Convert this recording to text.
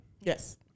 Yes